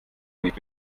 nicht